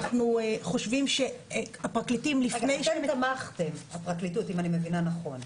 אם אני מבינה נכון,